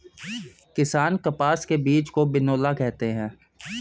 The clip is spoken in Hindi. किसान कपास के बीज को बिनौला कहते है